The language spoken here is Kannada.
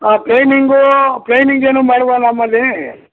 ಹಾಂ ಪ್ಲೇನಿಂಗು ಪ್ಲೇನಿಂಗೇನು ಬೇಡವಾ ನಮ್ಮಲ್ಲಿ